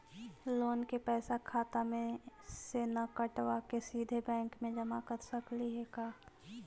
Loan के पैसा खाता मे से न कटवा के सिधे बैंक में जमा कर सकली हे का?